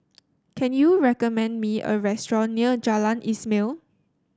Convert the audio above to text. can you recommend me a restaurant near Jalan Ismail